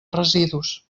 residus